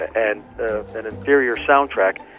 and an inferior soundtrack,